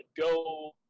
go